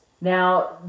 Now